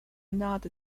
not